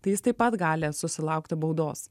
tai jis taip pat gali susilaukti baudos